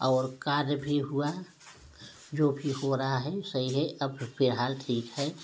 और कार्य भी हुआ जो भी हो रहा सही है अब फिलहाल ठीक है